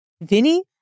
Vinny